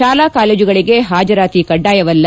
ಶಾಲಾ ಕಾಲೇಜುಗಳಿಗೆ ಹಾಜರಾತಿ ಕಡ್ಡಾಯವಲ್ಲ